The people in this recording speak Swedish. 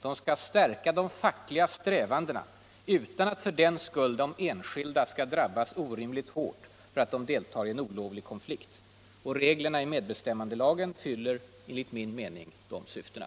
De skall stärka de fackliga strävandena utan att för den skull de enskilda skall drabbas orimligt hårt därför att de deltar i en olovlig konflikt. Reglerna i medbestämmandelagen fyller enligt min mening de syftena.